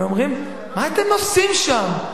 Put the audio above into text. והם אומרים: מה אתם עושים שם?